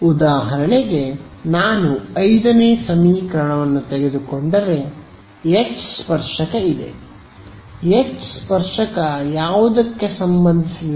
ಉದಾಹರಣೆಗೆ ನಾನು 5 ಸಮೀಕರಣವನ್ನು ತೆಗೆದುಕೊಂಡರೆ ಎಚ್ ಸ್ಪರ್ಶಕ ಇದೆ ಎಚ್ ಸ್ಪರ್ಶಕ ಯಾವುದಕ್ಕೆ ಸಂಬಂಧಿಸಿದೆ